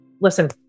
Listen